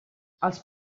els